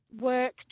work